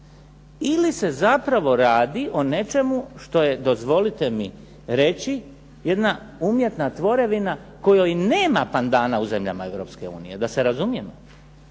ili se zapravo radi o nečemu što je, dozvolite mi reći, jedna umjetna tvorevina kojoj nema pandana u zemljama Europske unije.